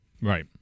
Right